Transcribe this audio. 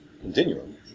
continuum